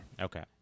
Okay